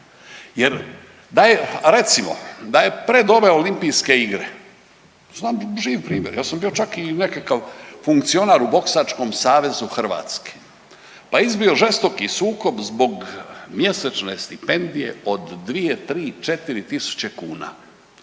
jer da je, recimo da je pred ove olimpijske igre, znam živ primjer, ja sam bio čak i nekakav funkcionar u Boksačkom savezu Hrvatske, pa izbio žestoki sukob zbog mjesečne stipendije od 2, 3, 4 tisuće kuna